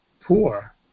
poor